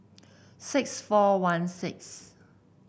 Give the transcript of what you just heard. six four one six